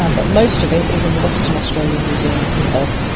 um but most of it is in the western australian museum in perth.